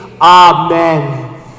Amen